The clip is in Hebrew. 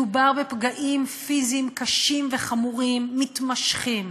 מדובר בפגעים פיזיים קשים וחמורים מתמשכים.